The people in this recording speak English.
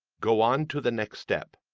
go on to the next step.